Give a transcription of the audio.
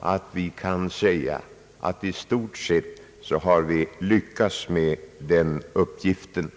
att vi kan säga att vi i stort sett har lyckats med den uppgiften.